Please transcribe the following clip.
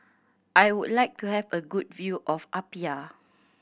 I would like to have a good view of Apia